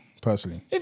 personally